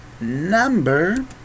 number